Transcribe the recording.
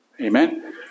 Amen